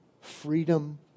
Freedom